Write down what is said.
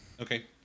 okay